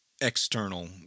external